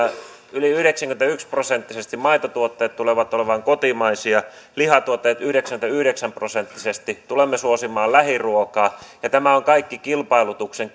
yli yhdeksänkymmentäyksi prosenttisesti maitotuotteet tulevat olemaan kotimaisia lihatuotteet yhdeksänkymmentäyhdeksän prosenttisesti tulemme suosimaan lähiruokaa ja tämä on kaikki kilpailutuksen